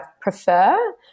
prefer